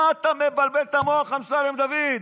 מה אתה מבלבל את המוח, אמסלם דוד?